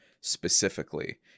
specifically